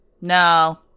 no